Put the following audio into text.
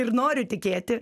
ir noriu tikėti